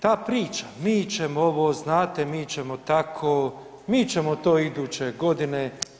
Ta priča mi ćemo ovo, znate mi ćemo tako, mi ćemo to iduće godine.